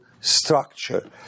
structure